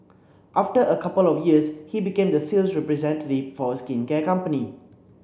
after a couple of years he became the sales representative for a skincare company